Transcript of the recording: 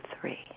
three